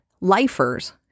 lifers